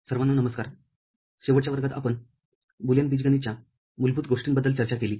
सर्वांना नमस्कार शेवटच्या वर्गात आपण बुलियन बीजगणित च्या मूलभूत गोष्टींबद्दल चर्चा केली